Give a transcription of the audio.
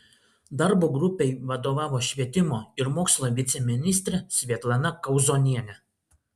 darbo grupei vadovavo švietimo ir mokslo viceministrė svetlana kauzonienė